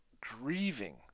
grieving